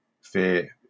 fair